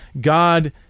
God